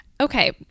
Okay